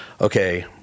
okay